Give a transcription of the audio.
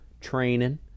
training